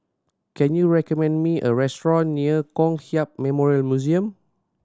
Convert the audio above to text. can you recommend me a restaurant near Kong Hiap Memorial Museum